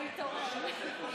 הוא התעורר.